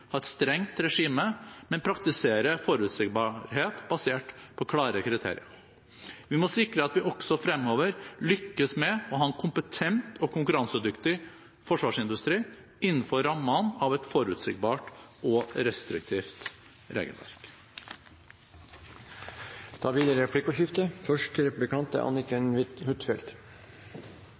et strengt regime, men praktisere forutsigbarhet basert på klare kriterier. Vi må sikre at vi også fremover lykkes med å ha en kompetent og konkurransedyktig forsvarsindustri innenfor rammene av et forutsigbart og restriktivt regelverk. Det blir replikkordskifte.